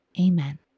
amen